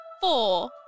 four